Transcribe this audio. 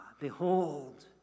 behold